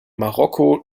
marokko